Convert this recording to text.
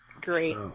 great